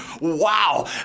wow